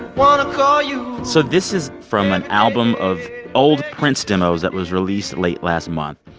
want to call you. so this is from an album of old prince demos that was released late last month.